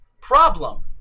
problem